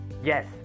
Yes